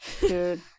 Dude